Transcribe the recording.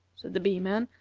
said the bee-man,